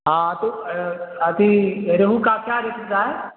ہاں تو ابھی ریہو کا کیا ریٹ رہا ہے